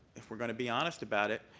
if we're going to be honest about it,